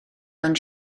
ond